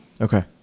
Okay